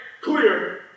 clear